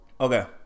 okay